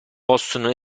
possono